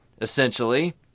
essentially